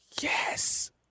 Yes